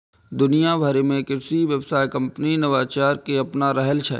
दुनिया भरि मे कृषि व्यवसाय कंपनी नवाचार कें अपना रहल छै